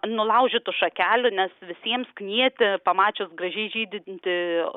nulaužytų šakelių nes visiems knieti pamačius gražiai žydintį